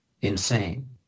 insane